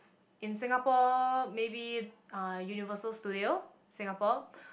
in Singapore maybe uh Universal-Studios-Singapore